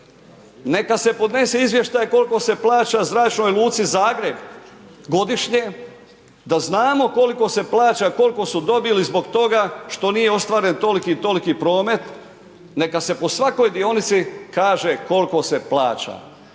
Neka se podnese izvještaj koliko se plaća Zračnoj luci Zagreb godišnje da znamo koliko se plaća, koliko su dobili zbog toga što nije ostvaren toliki i toliki promet, neka se po svakoj dionici kaže koliko se plaća.